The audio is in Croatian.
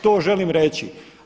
To želim reći.